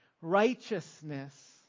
Righteousness